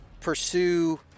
pursue